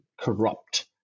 corrupt